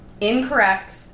Incorrect